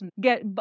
get